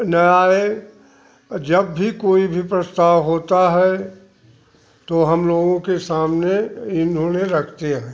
ना आए जब भी कोई भी प्रस्ताव होता है तो हम लोगों के सामने इन्हें रखते हैं